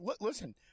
listen